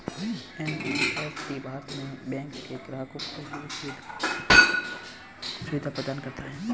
NEFT Bharat में bank के ग्राहकों को ये सुविधा प्रदान करता है